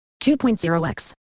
2.0X